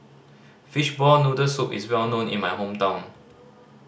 fishball noodle soup is well known in my hometown